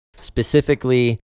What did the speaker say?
Specifically